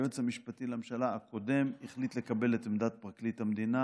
היועץ המשפטי לממשלה הקודם החליט לקבל את עמדת פרקליט המדינה